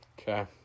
Okay